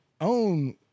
own